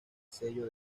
sello